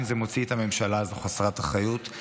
זה מוציא את הממשלה הזו חסרת אחריות,